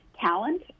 talent